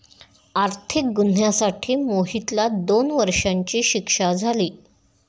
आर्थिक गुन्ह्यासाठी मोहितला दोन वर्षांची शिक्षा झाली